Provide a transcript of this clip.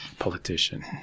Politician